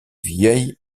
vieil